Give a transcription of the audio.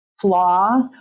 flaw